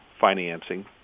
financing